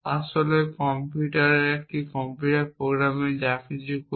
আসলে আমরা কম্পিউটারে একটি কম্পিউটার প্রোগ্রামে যা কিছু করি